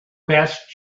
best